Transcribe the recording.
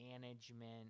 management